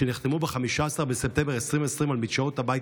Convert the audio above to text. שנחתמו ב-15 בספטמבר 2020 על מדשאות הבית